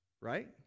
Right